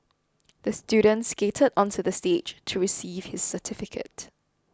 the student skated onto the stage to receive his certificate